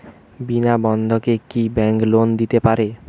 বিনা বন্ধকে কি bank loan দিতে পারে?